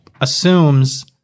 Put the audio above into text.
assumes –